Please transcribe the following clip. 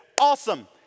awesome